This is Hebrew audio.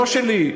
לא שלי,